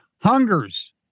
hungers